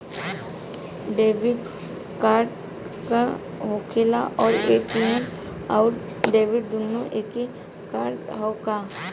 Debit card का होखेला और ए.टी.एम आउर डेबिट दुनों एके कार्डवा ह का?